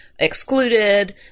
Excluded